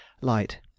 light